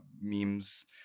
memes